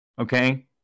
Okay